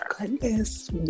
Goodness